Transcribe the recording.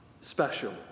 special